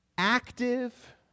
Active